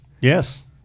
Yes